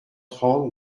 trente